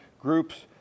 groups